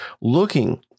looking